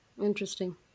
Interesting